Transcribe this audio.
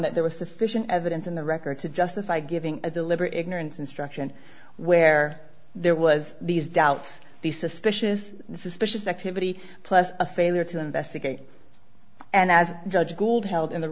that there was sufficient evidence in the record to justify giving a deliberate ignorance instruction where there was these doubts the suspicious suspicious activity plus a failure to investigate and as judge gould held in the